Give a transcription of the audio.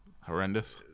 Horrendous